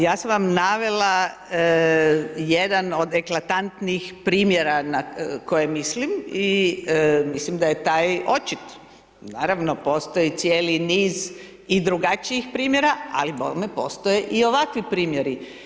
Ja sam vam navela jedan od eklatantnih primjera na koje mislim i mislim da je taj očit, naravno postoji cijeli niz i drugačijih primjera, ali bome postoje i ovakvi primjeri.